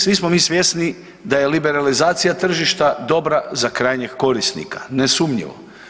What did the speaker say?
Svi smo mi svjesni da je liberalizacija tržišta dobra za krajnjeg korisnika, nesumnjivo.